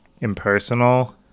impersonal